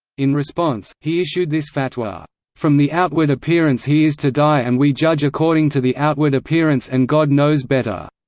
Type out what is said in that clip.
in response, he issued this fatwa from the outward appearance he is to die and we judge according to the outward appearance and god knows better.